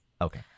Okay